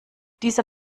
dieser